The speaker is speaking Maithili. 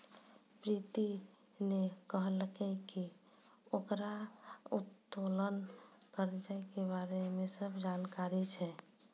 प्रीति ने कहलकै की ओकरा उत्तोलन कर्जा के बारे मे सब जानकारी छै